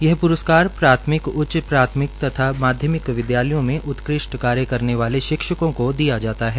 यह प्रस्कार प्राथमिक उच्च प्राथमिक तथा माध्यमिक विद्यालयों में उत्कृष्ट कार्य करने वाले शिक्षकों को दिया जाता है